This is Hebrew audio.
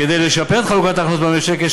כדי לשפר את חלוקת ההכנסות במשק יש